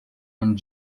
and